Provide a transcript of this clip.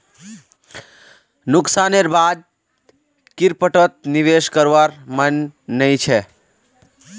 नुकसानेर बा द क्रिप्टोत निवेश करवार मन नइ छ